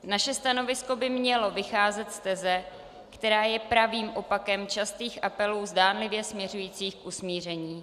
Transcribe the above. Naše stanovisko by mělo vycházet z teze, která je pravým opakem častých apelů zdánlivě směřujících k usmíření.